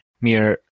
mere